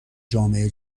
جامعه